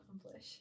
accomplish